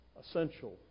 essential